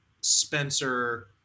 Spencer